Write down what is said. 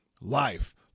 life